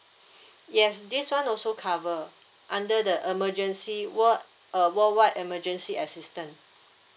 yes this [one] also cover under the emergency wor~ uh worldwide emergency assistance